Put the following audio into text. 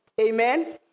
Amen